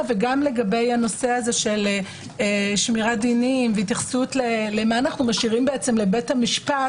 וגם לנושא של שמירת דינים והתייחסות למה שאנו משאירים לבית המשפט